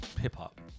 hip-hop